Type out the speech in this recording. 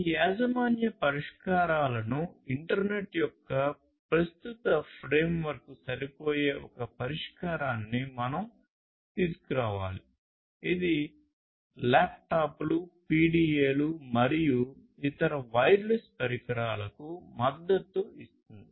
ఈ యాజమాన్య పరిష్కారాలను ఇంటర్నెట్ యొక్క ప్రస్తుత ఫ్రేమ్వర్క్కు సరిపోయే ఒక పరిష్కారాన్ని మనం తీసుకురావాలి ఇది ల్యాప్టాప్లు పిడిఎలు మరియు ఇతర వైర్లెస్ పరికరాలకు మద్దతు ఇస్తుంది